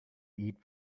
eat